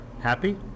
happy